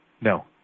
No